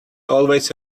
always